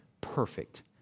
perfect